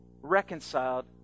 reconciled